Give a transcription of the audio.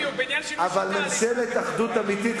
אבל ממשלת אחדות אמיתית,